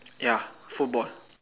ya football